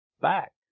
back